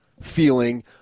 feeling